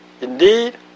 Indeed